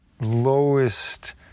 lowest